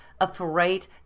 afraid